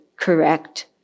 correct